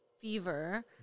Fever